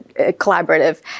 collaborative